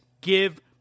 give